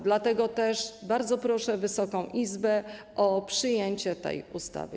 Dlatego też bardzo proszę Wysoką Izbę o przyjęcie tej ustawy.